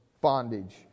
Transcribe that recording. bondage